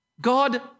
God